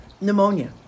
pneumonia